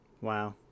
Wow